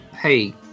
hey